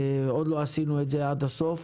עוד לא עשינו את זה עד הסוף,